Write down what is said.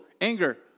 anger